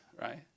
right